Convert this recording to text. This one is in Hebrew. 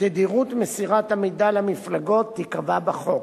תדירות מסירת המידע למפלגות תיקבע בחוק,